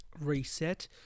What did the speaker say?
reset